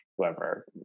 whoever